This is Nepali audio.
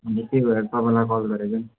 अन्त त्यही भएर तपाईँलाई कल गरेको नि